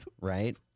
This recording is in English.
right